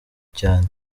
cyane